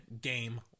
game